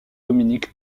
dominique